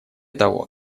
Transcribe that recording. того